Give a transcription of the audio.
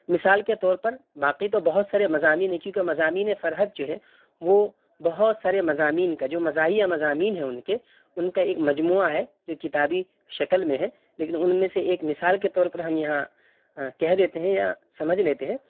مثال کے طور پر باقی تو بہت سارے مضامین ہیں کیونکہ مضامین فرحت جو ہے وہ بہت سارے مضامین کا جو مزاحیہ مضامین ہیں ان کے ان کا ایک مجموعہ ہے جو ایک کتابی شکل میں ہے لیکن ان میں سے ایک مثال کے طور پر ہم یہاں کہہ دیتے ہیں یا سمجھ لیتے ہیں